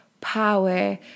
power